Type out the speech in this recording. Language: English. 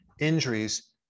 injuries